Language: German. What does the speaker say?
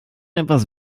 etwas